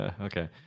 Okay